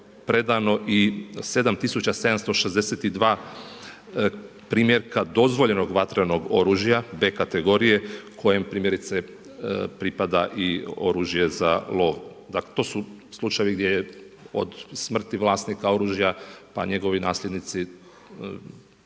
predano i 7 tisuća 762 primjerka dozvoljenog vatrenog oružja B kategorije kojem primjerice pripada i oružje za lov. To su slučajevi gdje je od smrti vlasnika oružja pa njegovi nasljednici